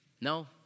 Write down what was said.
No